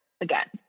again